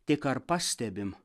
tik ar pastebim